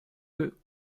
eux